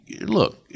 look